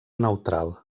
neutral